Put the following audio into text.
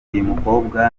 mukobwa